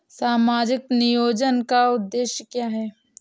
सामाजिक नियोजन का उद्देश्य क्या है?